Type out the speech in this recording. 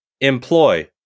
employ